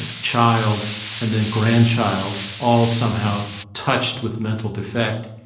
and child and then grandchild all somehow touched with mental defect.